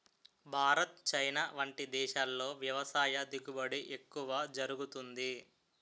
Bharat, China వంటి దేశాల్లో వ్యవసాయ దిగుబడి ఎక్కువ జరుగుతుంది